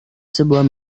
sebuah